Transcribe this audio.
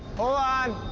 on.